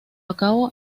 acabo